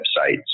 websites